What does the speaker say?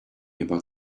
about